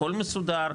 הכל מסודר,